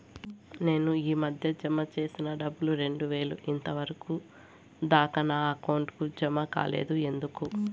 నేను ఈ మధ్య జామ సేసిన డబ్బులు రెండు వేలు ఇంతవరకు దాకా నా అకౌంట్ కు జామ కాలేదు ఎందుకు?